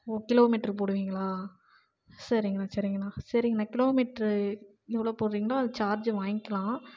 ஓ kilometre போடுவீங்களா சரிங்கண்ணா சரிங்கண்ணா சரிங்கண்ணா கிலோமீட்ரு எவ்வளோ போடுறீங்களோ அதுக்கு சார்ஜு வாங்கிக்கலாம்